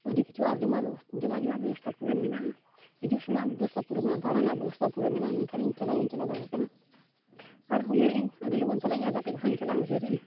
ᱟᱹᱰᱤ ᱠᱤᱪᱷᱩ ᱟᱨ ᱡᱚᱢᱟᱜ ᱵᱮᱵᱚᱥ ᱡᱚᱢᱟᱜᱼᱧᱩᱣᱟᱜ ᱵᱮᱵᱚᱥᱛᱷᱟ ᱯᱩᱨᱟᱹ ᱢᱮᱱᱟᱜᱼᱟ ᱦᱤᱡᱩᱜᱼᱥᱮᱱᱚᱜ ᱵᱮᱵᱚᱥᱛᱟ ᱯᱩᱨᱟᱹ ᱢᱮᱱᱟᱜᱼᱟ ᱟᱨ ᱫᱟᱬᱟᱱᱟᱜ ᱨᱮᱱᱟᱜ ᱵᱷᱚᱨᱥᱟ ᱯᱩᱨᱟᱹ ᱢᱮᱱᱟᱜᱼᱟ ᱢᱮᱱᱠᱷᱟᱱ ᱤᱧ ᱪᱟᱞᱟᱣ ᱵᱟᱹᱧ ᱪᱟᱞᱟᱣ ᱫᱟᱲᱮᱭᱟᱜ ᱠᱟᱱᱟ ᱟᱨ ᱩᱭᱦᱟᱹᱨᱮᱫ ᱟᱹᱧ ᱟᱹᱰᱤ ᱞᱚᱜᱚᱱ ᱪᱟᱞᱟᱜᱟᱹᱧ ᱟᱨ ᱜᱟᱛᱮ ᱠᱚ ᱥᱟᱶ ᱤᱧ ᱪᱟᱞᱟᱜᱼᱟ ᱩᱭᱦᱟᱹᱨᱮᱫᱟᱹᱧ